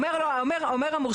אם הוועדה המקומית העצמאית,